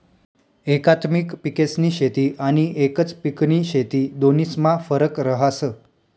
एकात्मिक पिकेस्नी शेती आनी एकच पिकनी शेती दोन्हीस्मा फरक रहास